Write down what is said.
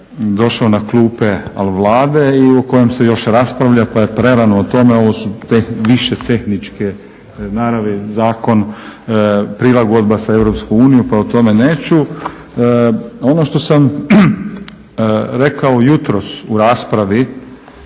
došao na klupe Vlade i o kojem se još raspravlja pa je prerano o tome. Ovo su više tehničke naravi, zakon, prilagodba sa EU pa o tome neću. Ono što sam rekao jutros u raspravi